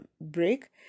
break